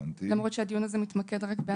למרות שהדיון הזה מתמקד רק בענף הבנייה.